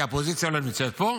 כי האופוזיציה לא נמצאת פה,